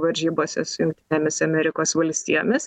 varžybose su jungtinėmis amerikos valstijomis